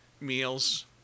meals